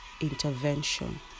intervention